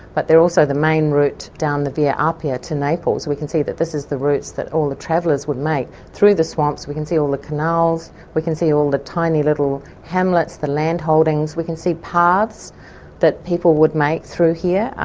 but they are also the main route down the via appia to naples, and we can see that this is the routes that all the travellers would make through the swamps. we can see the canals, we can see all the tiny little hamlets, the landholdings, we can see paths that people would make through here,